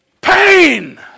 pain